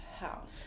house